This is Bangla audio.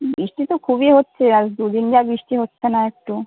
বৃষ্টি তো খুবই হচ্ছে আজ দু দিন যা বৃষ্টি হচ্ছে না একটু